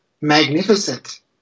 magnificent